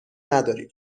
نداریم